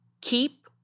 keep